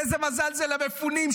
איזה מזל למפונים,